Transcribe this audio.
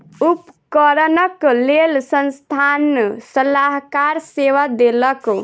उपकरणक लेल संस्थान सलाहकार सेवा देलक